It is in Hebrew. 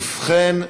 ובכן,